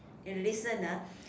you listen ah